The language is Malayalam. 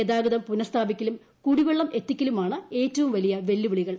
ഗതാഗതം പുനഃസ്ഥാപിക്കലും കുടിവെള്ളം എത്തിക്കലുമാണ് ഏറ്റവും വലിയ വെല്ലുവിളികൾ